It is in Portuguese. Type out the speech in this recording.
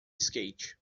skate